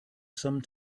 some